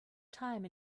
time